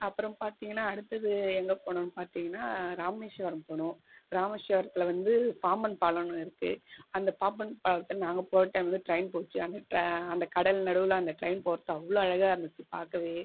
அப்புறம் பார்த்தீங்கன்னா அடுத்தது எங்கே போனோன்னு பார்த்தீங்கன்னா ராமேஸ்வரம் போனோம் ராமேஸ்வரத்தில் வந்து பாம்பன் பாலம்னு இருக்கு அந்த பாம்பன் பாலத்தில் நாங்கப் போகற டைம்மில் ட்ரெயின் போச்சு அந்த ட்ரா அந்த கடல் நடுவில் அந்த ட்ரெயின் போகறது அவ்வளோ அழகாக இருந்துச்சு பார்க்கவே